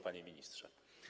Panie Ministrze!